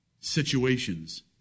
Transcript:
situations